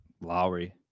Lowry